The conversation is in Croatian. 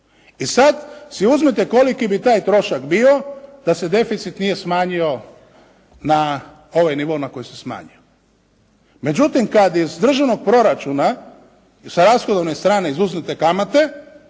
I sad si uzmite koliki bi taj trošak bio da se deficit nije smanjio na ovaj nivo na koji se smanjio. Međutim, kad iz državnog proračuna sa rashodovne strane izuzmete kamate,